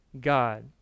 God